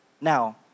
Now